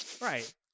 Right